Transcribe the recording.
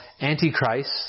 Antichrist